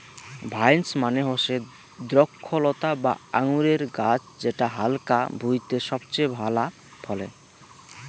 vines মানে হসে দ্রক্ষলতা বা আঙুরের গাছ যেটা হালকা ভুঁইতে সবচেয়ে ভালা ফলে